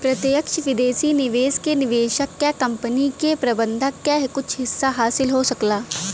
प्रत्यक्ष विदेशी निवेश से निवेशक क कंपनी के प्रबंधन क कुछ हिस्सा हासिल हो सकला